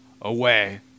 away